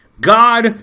God